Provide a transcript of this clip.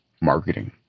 marketing